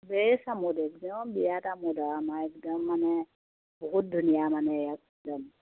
বেছ আমোদ একদম বিৰাট আমোদ আৰু আমাৰ একদম মানে বহুত ধুনীয়া মানে ইয়াত একদম